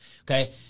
okay